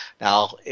now